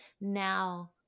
now